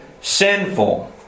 sinful